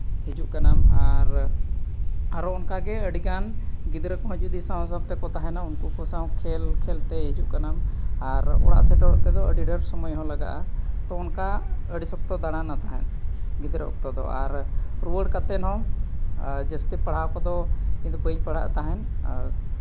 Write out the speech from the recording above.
ᱦᱤᱡᱩᱜ ᱠᱟᱱᱟ ᱟᱢ ᱟᱨᱚ ᱚᱱᱠᱟᱜᱮ ᱟᱹᱰᱤᱜᱟᱱ ᱜᱚᱤᱫᱽᱨᱟᱹ ᱠᱚᱦᱚᱸ ᱡᱩᱫᱤ ᱥᱟᱶ ᱥᱟᱶ ᱛᱮᱠᱚ ᱛᱟᱦᱮᱱᱟ ᱩᱱᱠᱩ ᱠᱚ ᱥᱟᱶ ᱠᱷᱮᱞ ᱠᱷᱮᱞ ᱛᱮ ᱦᱤᱡᱩᱜ ᱠᱟᱱᱟᱢ ᱟᱨ ᱚᱲᱟᱜ ᱥᱮᱴᱮᱨᱚᱜ ᱛᱮᱫᱚ ᱟᱹᱰᱤ ᱰᱷᱮᱹᱨ ᱥᱚᱢᱚᱭ ᱦᱚᱸ ᱞᱟᱜᱟᱜᱼᱟ ᱛᱳ ᱚᱱᱠᱟ ᱟᱹᱰᱤ ᱥᱚᱠᱛᱚ ᱫᱟᱬᱟᱱᱟ ᱛᱟᱦᱮᱸᱫ ᱜᱤᱫᱽᱨᱟᱹ ᱚᱠᱛᱚ ᱫᱚ ᱟᱨ ᱨᱩᱣᱟᱹᱲ ᱠᱟᱛᱮ ᱦᱚᱸ ᱡᱟᱹᱥᱛᱤ ᱯᱟᱲᱦᱟᱣ ᱠᱚᱦᱚᱸ ᱤᱧᱫᱚ ᱵᱟᱹᱧ ᱯᱟᱲᱦᱟᱣ ᱛᱟᱦᱮᱸᱫ ᱟᱨ